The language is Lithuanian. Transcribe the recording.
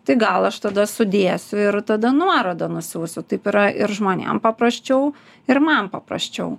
tai gal aš tada sudėsiu ir tada nuorodą nusiųsiu taip yra ir žmonėm paprasčiau ir man paprasčiau